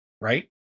right